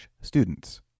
students